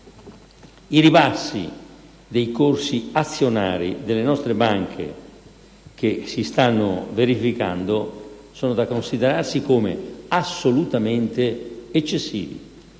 I ribassi dei corsi azionari delle nostre banche che si stanno verificando sono assolutamente eccessivi.